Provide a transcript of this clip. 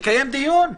ותקיים דיון.